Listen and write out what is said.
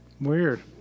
weird